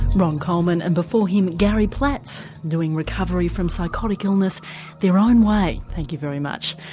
ron coleman and before him gary platz doing recovery from psychotic illness their own way thank you very much.